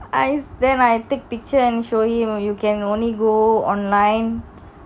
I then I take picture and show him you can only go online